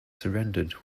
surrendered